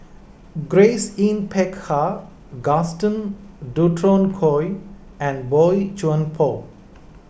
Grace Yin Peck Ha Gaston Dutronquoy and Boey Chuan Poh